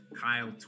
Kyle